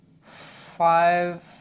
Five